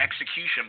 Execution